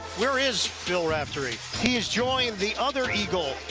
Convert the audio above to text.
where is bill raftery? he has joined the other eagle.